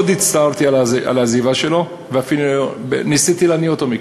מאוד הצטערתי על העזיבה שלו ואפילו ניסיתי להניא אותו מכך.